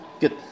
good